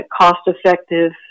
cost-effective